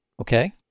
Okay